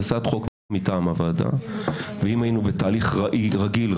זו הצעת חוק מטעם הוועדה ואם היינו בתהליך רגיל,